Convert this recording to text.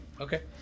Okay